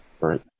Right